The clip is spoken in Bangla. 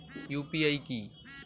ইউ.পি.আই কি?